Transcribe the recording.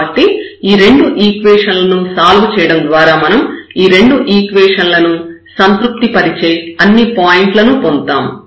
కాబట్టి ఈ రెండు ఈక్వేషన్ లను సాల్వ్ చేయడం ద్వారా మనం ఈ రెండు ఈక్వేషన్ లను సంతృప్తి పరిచే అన్ని పాయింట్ల ను పొందుతాము